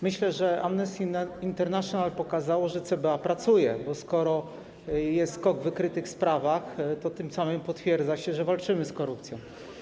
Myślę, że Amnesty International pokazało, że CBA pracuje, bo jeśli jest skok w wykrytych sprawach, to tym samym potwierdza się, że walczymy z korupcją.